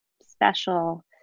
special